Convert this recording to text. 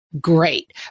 Great